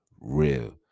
real